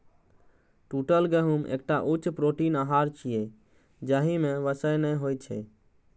टूटल गहूम एकटा उच्च प्रोटीन आहार छियै, जाहि मे वसा नै होइ छै